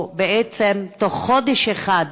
או בעצם, תוך חודש אחד